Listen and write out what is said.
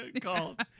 called